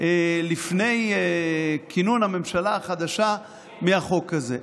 לפני כינון הממשלה החדשה מהחוק הזה.